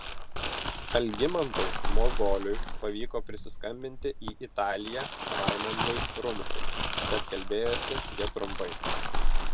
algimantui mozoliui pavyko prisiskambinti į italiją raimondui rumšui bet kalbėjosi jie trumpai